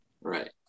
Right